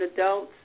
adults